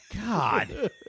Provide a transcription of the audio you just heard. God